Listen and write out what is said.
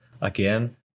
again